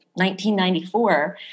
1994